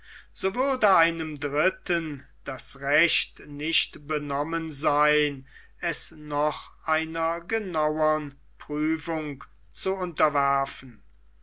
so würde einem dritten das recht nicht benommen sein es noch einer genauern prüfung zu unterwerfen